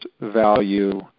value